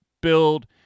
build